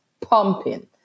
pumping